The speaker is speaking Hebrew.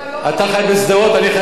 אתה חי בשדרות, אני חי באשקלון.